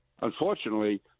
unfortunately –